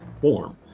form